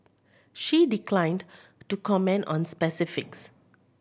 she declined to comment on specifics